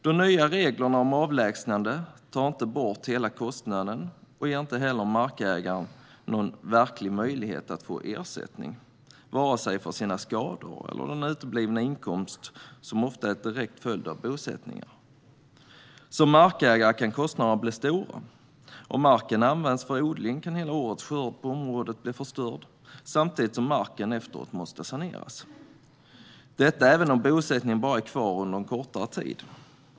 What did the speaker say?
De nya reglerna om avlägsnande tar inte bort hela kostnaden och ger inte heller markägaren någon verklig möjlighet att få ersättning för vare sig några skador eller den uteblivna inkomst som ofta är en direkt följd av bosättningar. För en markägare kan kostnaderna bli stora. Om marken används för odling kan hela årets skörd på området bli förstörd samtidigt som marken efteråt måste saneras - detta även om bosättningen är kvar bara under en kortare tid.